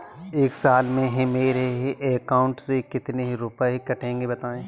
एक साल में मेरे अकाउंट से कितने रुपये कटेंगे बताएँ?